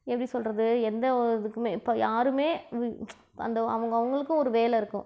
எப்படி சொல்கிறது எந்த இதுக்கும் இப்போ யாரும் இப்போ அந்த அவங்கவுங்களுக்கு ஒரு வேலை இருக்கும்